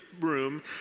room